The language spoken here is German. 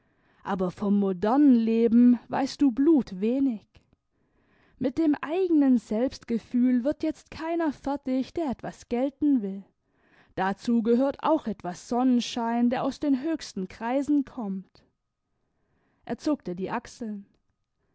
aber vom modernen leben weißt du blutwenig mit dem eigenen selbstgefühl wird jetzt keiner fertig der etwas gelten will dazu gehört auch etwas sonnenschein der aus den höchsten kreisen kommt er zuckte die achseln